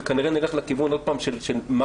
וכנראה שנלך לכיוון עוד פעם של מה